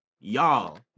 Y'all